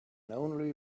only